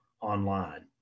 online